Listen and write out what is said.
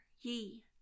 ye